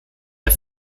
der